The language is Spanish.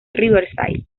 riverside